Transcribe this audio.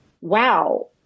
wow